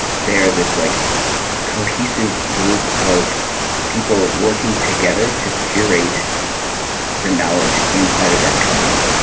they're this like cohesive group of people working together to curate the knowledge inside of that company.